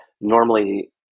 Normally